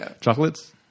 Chocolates